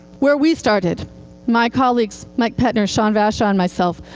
where we started my colleagues mike petner, shawn vashaw, myself,